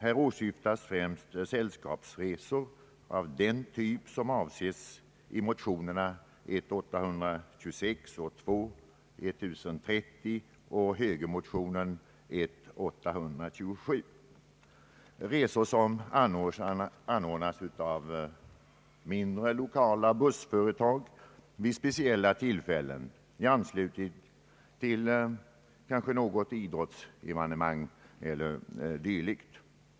Här åsyftas främst sällskapsresor av den typ som omnämns i motionerna I: 826 och II: 1030 samt i högermotionen I: 827, d. v. s. resor som anordnas av lokala mindre bussföretag vid speciella tillfällen i anslutning till något idrottsevenemang eller dylikt.